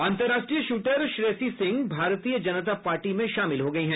अन्तर्राष्ट्रीय शूटर श्रेयसी सिंह भारतीय जनता पार्टी में शामिल हो गयी हैं